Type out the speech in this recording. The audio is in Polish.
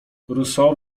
rousseau